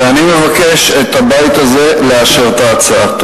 ואני מבקש מהבית הזה לאשר את ההצעה.